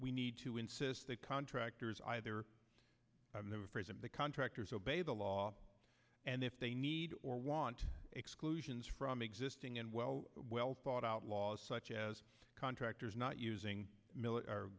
we need to insist that contractors either present the contractors obey the law and if they need or want exclusions from existing and well well thought out laws such as contractors not using